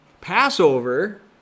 passover